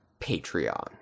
Patreon